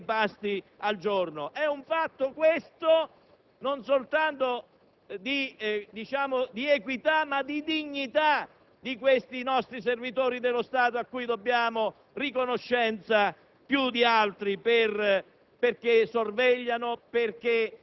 Le forze dell'ordine, è stato detto, non percepiscono straordinari e festivi; hanno una indennità di buoni pasto di 4,33 euro, rispetto ai 7,50 euro degli impiegati civili dello Stato.